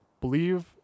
believe